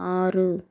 ஆறு